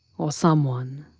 or someone,